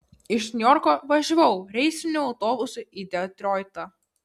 iš niujorko važiavau reisiniu autobusu į detroitą